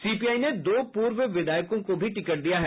CPI ने दो पूर्व विधायकों को भी टिकट दिया है